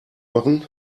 machen